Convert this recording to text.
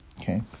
okay